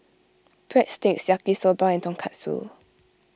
Breadsticks Yaki Soba and Tonkatsu